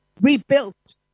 rebuilt